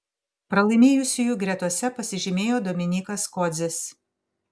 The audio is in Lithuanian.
pralaimėjusiųjų gretose pasižymėjo dominykas kodzis